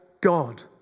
God